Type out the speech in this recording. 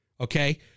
okay